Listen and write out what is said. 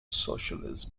socialism